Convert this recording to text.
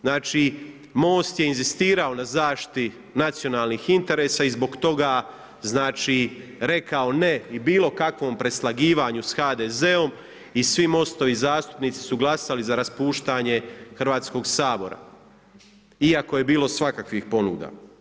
Znači MOST je inzistirao na zaštiti nacionalnih interesa i zbog toga rekao ne i bilo bilokakvom preslagivanju sa HDZ-om i svi MOST-ovi zastupnici su glasali za raspuštanje Hrvatskog sabora iako je bilo svakakvih ponuda.